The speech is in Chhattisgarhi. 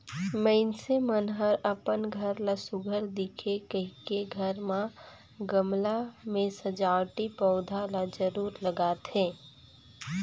मइनसे मन हर अपन घर ला सुग्घर दिखे कहिके घर म गमला में सजावटी पउधा ल जरूर लगाथे